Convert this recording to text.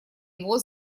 его